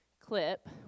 clip